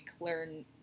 learn